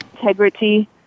integrity